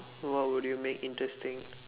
what would you make interesting